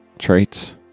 Traits